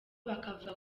bakavuga